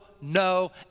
no